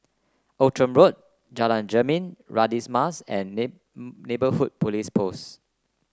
Outram Road Jalan Jermin Radin's Mas and Neighbourhood Police Post